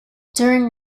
during